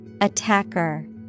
Attacker